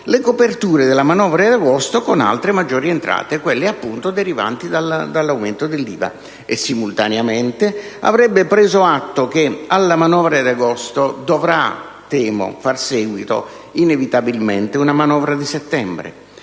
le coperture della manovra di agosto con altre maggiori entrate, quelle appunto derivanti dall'aumento dell'IVA. Simultaneamente avrebbe preso atto che alla manovra di agosto dovrà - temo - far seguito inevitabilmente una manovra di settembre